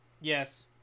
Yes